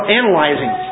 analyzing